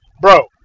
bro